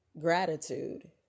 gratitude